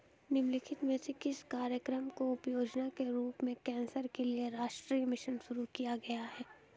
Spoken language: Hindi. निम्नलिखित में से किस कार्यक्रम को उपयोजना के रूप में कैंसर के लिए राष्ट्रीय मिशन शुरू किया गया है?